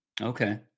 Okay